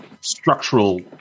structural